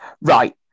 Right